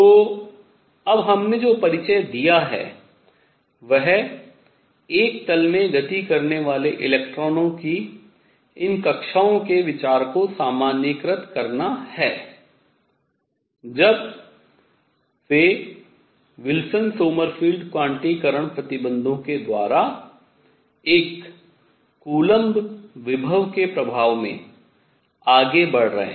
तो अब हमने जो परिचय दिया है वह एक तल में गति करने वाले इलेक्ट्रॉनों की इन कक्षाओं के विचार को सामान्यीकृत करता है जब वे विल्सन सोमरफील्ड क्वांटिकरण प्रतिबंधों के द्वारा एक कूलम्ब विभव के प्रभाव में आगे बढ़ रहे हैं